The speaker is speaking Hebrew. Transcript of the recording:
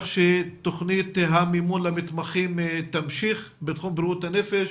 שתוכנית המימון למתמחים תמשיך בתחום בריאות הנפש.